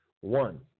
One